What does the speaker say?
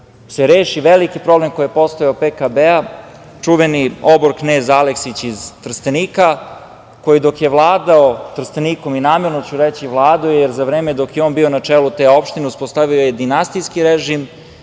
se reši veliki problem koji je postojao PKB, čuveni obor knez Aleksić iz Trstenika, koji dok je vladao Trstenikom, namerno ću reći vladao, jer za vreme dok je on bio na čelu te opštine uspostavio je dinastijski režim,